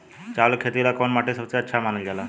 चावल के खेती ला कौन माटी सबसे अच्छा मानल जला?